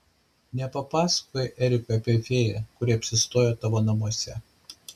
nepapasakojai erikui apie fėją kuri apsistojo tavo namuose